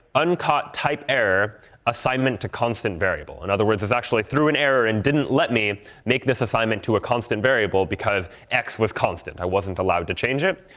uncut type error assignment to constant variable. in other words, this actually threw an error and didn't let me make this assignment to a constant variable because x was constant. i wasn't allowed to change it.